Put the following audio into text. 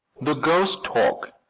the ghost talk,